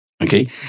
Okay